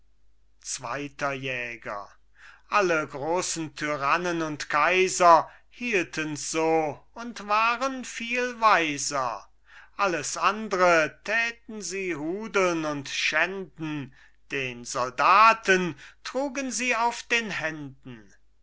zweiter jäger alle großen tyrannen und kaiser hieltens so und waren viel weiser alles andre täten sie hudeln und schänden den soldaten trugen sie auf den händen